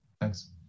Thanks